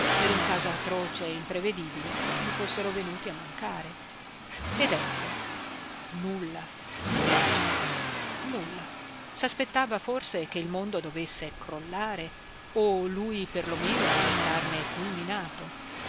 per un caso atroce imprevedibile gli fossero venuti a mancare ed ecco nulla invece nulla saspettava forse che il mondo dovesse crollare o lui per lo meno restarne fulminato